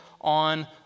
on